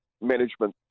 management